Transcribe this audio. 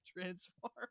Transform